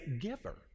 giver